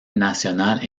national